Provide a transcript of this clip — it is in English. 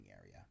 area